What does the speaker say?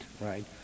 right